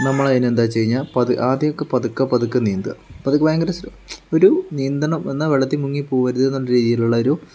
നമ്മളതിന് എന്താ വെച്ചു കഴിഞ്ഞാൽ ആദ്യമൊക്കെ പതുക്കെ പതുക്കെ നീന്തക പതുക്കെ ഭയങ്കര സ്ലോ ഒരു നീന്തണം എന്നാൽ വെള്ളത്തിൽ മുങ്ങിപ്പോകരുത് എന്നുള്ള രീതിയിലുള്ളൊരു